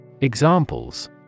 Examples